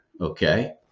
Okay